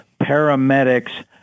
paramedics